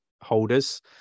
holders